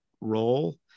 role